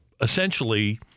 essentially